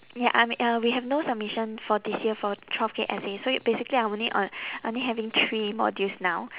ya I mea~ uh we have no submission for this year for twelve K essay so it basically I only on~ only having three modules now